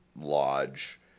lodge